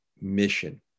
mission